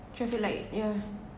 traffic light yeah